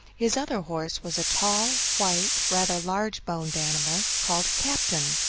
his other horse was a tall, white, rather large-boned animal called captain.